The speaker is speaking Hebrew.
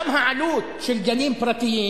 גם העלות של גנים פרטיים